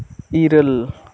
ᱤᱨᱟᱹᱞ